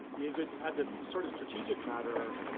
is it, as a sort of strategic matter,